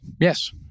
yes